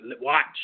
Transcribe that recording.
Watch